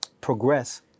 progress